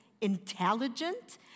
intelligent